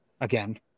Again